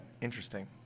interesting